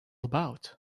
about